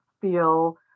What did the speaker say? feel